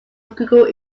google